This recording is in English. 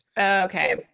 Okay